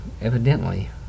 evidently